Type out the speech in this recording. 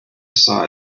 saw